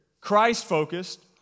Christ-focused